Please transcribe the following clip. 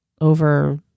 over